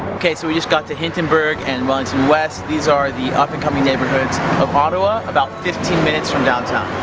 okay, so we just got to hintonburg and wellington west. these are the up and coming neighbourhoods of ottawa, about fifteen minutes from downtown.